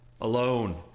alone